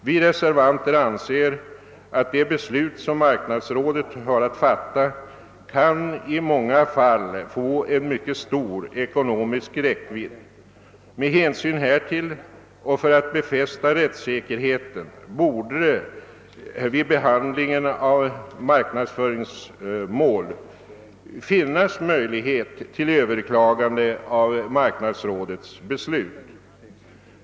Vi reservanter anser att de beslut som marknadsrådet har att fatta i många fall kan komma att få en mycket stor ekonomisk räckvidd. Med hänsyn härtill och för att befästa rättssäkerheten borde det vid behandlingen av marknadsföringsmål finnas möjlighet till överklagande av marknadsrådets beslut.